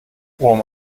warm